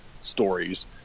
stories